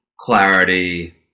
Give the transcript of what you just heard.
clarity